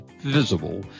visible